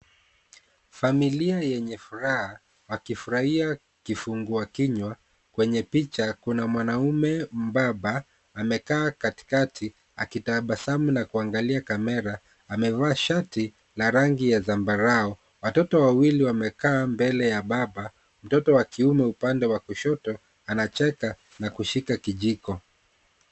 Familia yenye furaha wakifurahia kufungua kinywa kwenye picha kuna mwanaume mbaba amekaa katika akitabasamu na kuangalia camera amevaa shati ya rangi ya zambarau watoto wawili wamekaa mbele ya baba mtoto wa kiume upande wa kushoto anacheka na kushika kijiko.